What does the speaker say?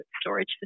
storage